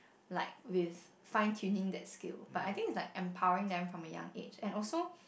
like with fine tuning that skill but I think it's like empowering them from a young age and also